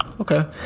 okay